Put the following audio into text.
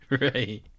Right